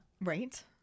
Right